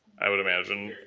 i would imagine.